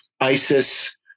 ISIS